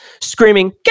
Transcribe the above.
screaming